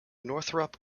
northrop